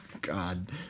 God